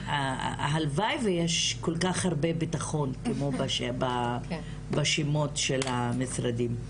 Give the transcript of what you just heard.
הלוואי ויהיה כל כך הרבה ביטחון כמו בשמות של המשרדים.